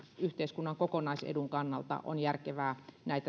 yhteiskunnan kokonaisedun kannalta on järkevää